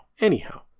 Anyhow